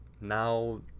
now